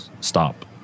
stop